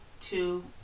two